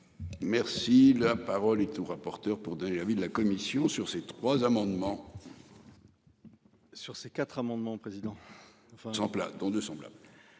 Merci la parole et tout. Rapporteur pour donner un avis de la commission sur ces trois amendements. Sur ces quatre amendements président enfin en plein